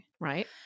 right